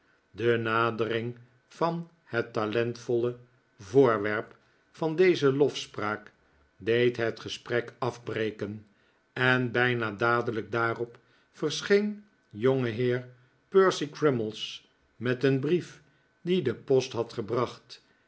de nadering van het talentvolle voorwerp van deze lofspraak deed het gesprek afbreken en bijna dadelijk daarop verscheen jongeheer percy crummies met een brief dien de post had gebracht